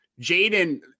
Jaden